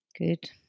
good